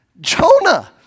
Jonah